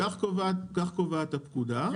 כך קובעת הפקודה,